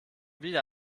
wieder